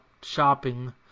shopping